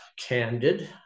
candid